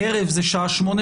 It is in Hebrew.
ערב זה 20:00?